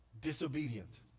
disobedient